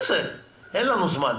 אין לנו זמן,